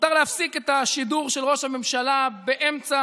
מותר להפסיק את השידור של ראש הממשלה באמצע